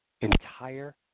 Entire